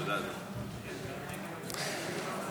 תודה, אדוני.